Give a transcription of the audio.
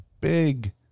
big